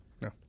No